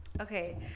Okay